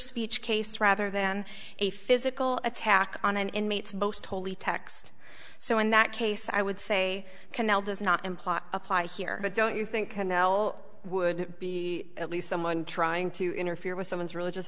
speech case rather than a physical attack on an inmate's most holy text so in that case i would say canal does not imply apply here but don't you think condell would be at least someone trying to interfere with someone's religious